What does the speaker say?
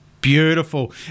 Beautiful